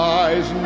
eyes